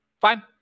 Fine